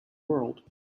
world